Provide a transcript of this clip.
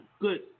good